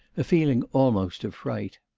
a feeling almost of fright.